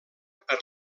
per